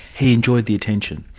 he enjoyed the attention?